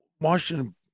Washington